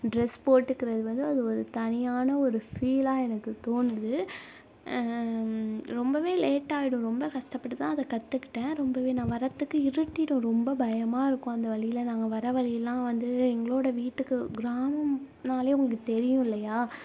dress போட்டுக்கிறது வந்து அது ஒரு தனியான ஒரு ஃபீலாக எனக்கு தோணுது ரொம்பவே லேட்டாகிடும் ரொம்ப கஷ்டப்பட்டுதான் அதை கற்றுக்கிட்டேன் ரொம்பவே நான் வரத்துக்கு இருட்டிடும் ரொம்ப பயமாக இருக்கும் அந்த வழியில் நாங்கள் வர வழி எல்லாம் வந்து எங்களோடய வீட்டுக்கு கிராமம்னாலே உங்களுக்கு தெரியும் இல்லையா